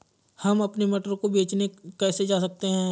हम अपने मटर को बेचने कैसे जा सकते हैं?